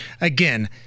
again